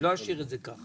אני לא אשאיר את זה ככה.